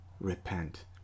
repent